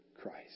Christ